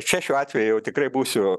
čia šiuo atveju tikrai būsiu